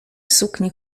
suknię